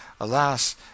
Alas